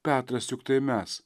petras juk tai mes